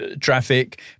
traffic